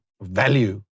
value